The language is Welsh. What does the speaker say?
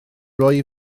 rhoi